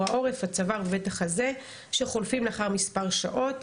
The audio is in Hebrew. העורף הצוואר ובית החזה שחולפים לאחר מספר שעות.